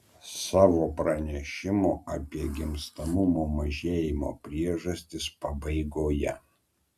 savo pranešimo apie gimstamumo mažėjimo priežastis pabaigoje